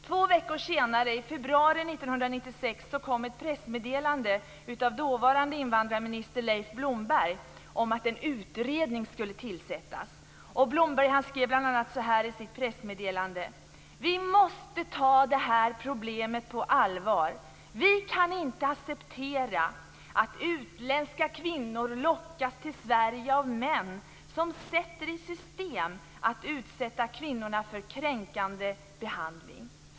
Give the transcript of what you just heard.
Två veckor senare, i februari 1996, kom ett pressmeddelande från dåvarande invandrarminister Leif Blomberg om att en utredning skulle tillsättas. Blomberg skrev bl.a. i sitt pressmeddelande: "Vi måste ta det här problemet på allvar. Vi kan inte acceptera att utländska kvinnor lockas till Sverige av män som sätter i system att utsätta kvinnor för kränkande behandling".